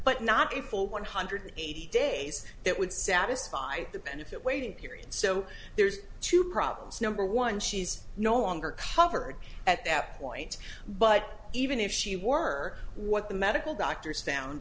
but not a full one hundred eighty days that would satisfy the benefit waiting period so there's two problems number one she's no longer covered at that point but even if she were what the medical doctors